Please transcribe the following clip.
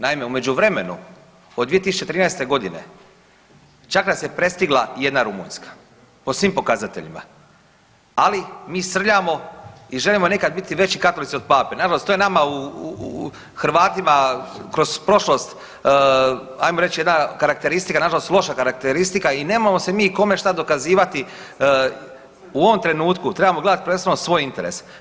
Naime, u međuvremenu od 2013.g. čak nas je prestigla i jedna Rumunjska po svim pokazateljima, ali mi srljamo i želimo nekad biti veći katolici od pape, nažalost to je nama Hrvatima kroz prošlost ajmo reć jedna karakteristika, nažalost loša karakteristika i nemamo se mi kome šta dokazivati, u ovom trenutku trebamo gledat prvenstveno svoj interes.